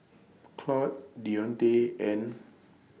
Claudette Deonte and